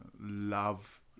love